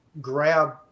grab